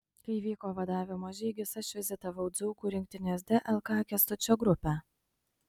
kai vyko vadavimo žygis aš vizitavau dzūkų rinktinės dlk kęstučio grupę